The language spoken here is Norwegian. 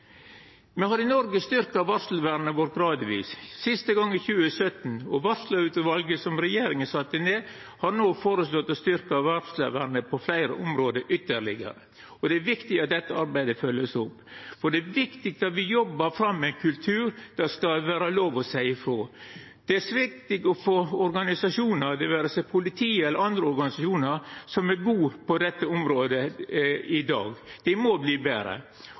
Me har i Noreg styrkt varslarvernet vårt gradvis, siste gongen i 2017. Varslarutvalet som regjeringa sette ned, har no føreslege å styrkja varslarvernet ytterlegare på fleire område. Det er viktig at dette arbeidet vert følgt opp, det er viktig at me jobbar fram ein kultur der det skal vera lov å seia ifrå, og det er viktig å få organisasjonar – det vera seg politiet eller andre organisasjonar – som er gode på dette området i dag. Dette må verta betre.